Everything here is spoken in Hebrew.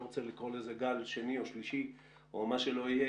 אני לא רוצה לקרוא לזה גל שני או שלישי או מה שלא יהיה,